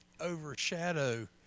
overshadow